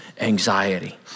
anxiety